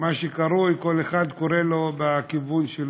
הוק מה שקרוי,